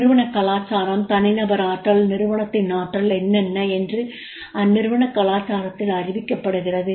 நிறுவன கலாச்சாரம் தனி நபர் ஆற்றல் நிறுவனத்தின் ஆற்றல் என்னென்ன என்று அந்நிறுவனக் கலாச்சாரத்தில் அறிவிக்கப்படுகிறது